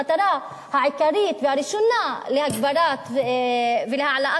המטרה העיקרית והראשונה להגברת ולהעלאת